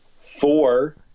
four